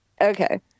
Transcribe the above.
okay